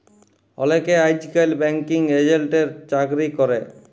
অলেকে আইজকাল ব্যাঙ্কিং এজেল্টের চাকরি ক্যরে